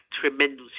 tremendous